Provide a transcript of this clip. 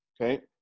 okay